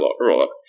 roll-up